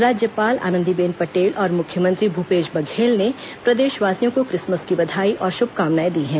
राज्यपाल आनंदीबेन पटेल और मुख्यमंत्री भूपेश बघेल ने प्रदेशवासियों को क्रिसमस की बधाई और शुभकामनाए दी हैं